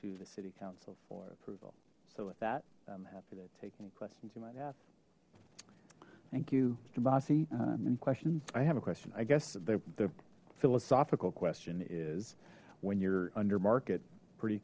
to the city council for approval so with that i'm happy to take any questions you might have thank you tomasi any questions i have a question i guess the philosophical question is when you're under market pretty